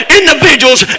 individuals